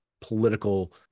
political